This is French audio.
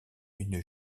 une